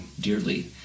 dearly